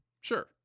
sure